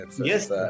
Yes